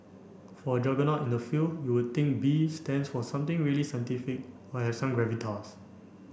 for a juggernaut in the field you would think B stands for something really scientific or have some gravitas